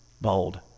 bold